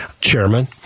Chairman